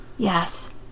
Yes